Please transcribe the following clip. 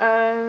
err